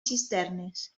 cisternes